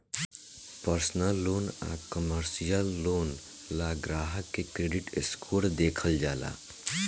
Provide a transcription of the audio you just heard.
personal loan आ commercial loan ला ग्राहक के क्रेडिट स्कोर देखल जाला